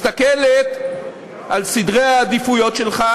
מסתכלת על סדרי העדיפויות שלך,